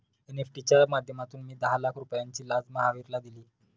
NEFT च्या माध्यमातून मी दहा लाख रुपयांची लाच महावीरला दिली